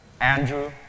Andrew